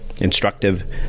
instructive